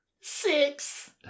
Six